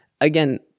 again